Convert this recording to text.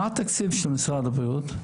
מה התקציב של משרד הבריאות?